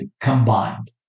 combined